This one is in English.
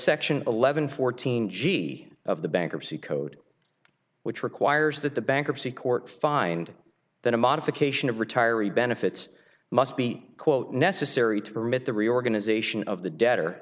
section eleven fourteen g of the bankruptcy code which requires that the bankruptcy court find that a modification of retiree benefits must be quote necessary to permit the reorganization of the de